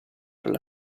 dalla